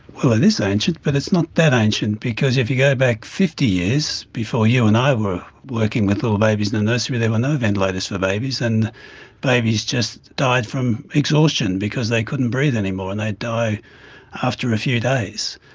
well, it is ancient but it's not that ancient because if you go back fifty years, before you and i were working with little babies in the nursery, there were no ventilators for babies, and babies just died from exhaustion because they couldn't breathe anymore and they'd die after a few days.